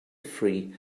free